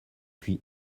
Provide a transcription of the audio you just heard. puis